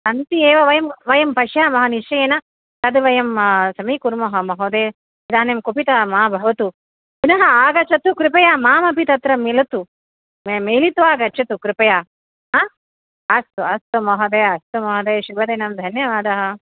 सन्ति एव वयं वयं पश्यामः निश्चयेन तद् वयं समीकुर्मः महोदय इदानीं कुपितः मा भवतु पुनः आगच्छतु कृपया मामपि तत्र मिलतु मे मिलित्वा गच्छतु कृपया आ अस्तु अस्तु महोदय अस्तु महोदय शुभदिनं धन्यवादः